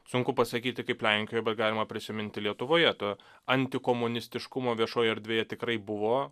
sunku pasakyti kaip lenkijoj galima prisiminti lietuvoje tą antikomunistiškumo viešoje erdvėje tikrai buvo